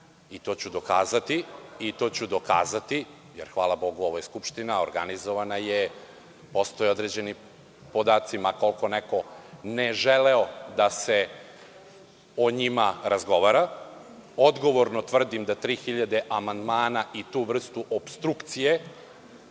amandmana i to ću dokazati, jer hvala Bogu, ovo je Skupština, organizovana je, postoje određeni podaci, ma koliko neko ne želeo da se o njima razgovara. Odgovorno tvrdim da 3.000 amandmana i ta vrsta opstrukcije